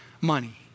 money